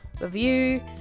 review